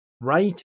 right